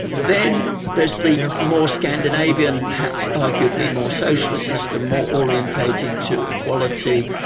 then there's the more scandinavian, perhaps arguably more socialist system, more orientated to equality,